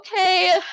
okay